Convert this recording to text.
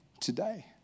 today